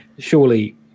Surely